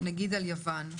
נגיד על יוון.